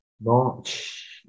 March